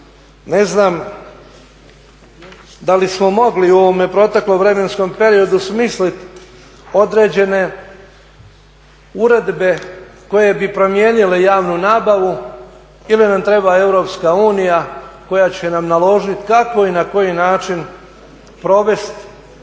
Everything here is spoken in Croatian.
Ne znam da li smo mogli u ovome proteklom vremenskom periodu smisliti određene uredbe koje bi promijenile javnu nabavu ili nam treba Europska unija koja će nam naložit kako i na koji način provesti